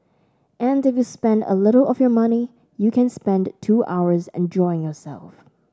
and if you spend a little of your money you can spend two hours enjoying yourself